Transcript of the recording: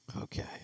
Okay